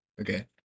Okay